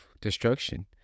destruction